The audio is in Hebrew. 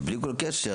שבלי כל קשר,